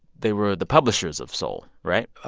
they were the publishers of soul. right.